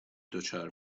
دچار